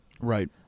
Right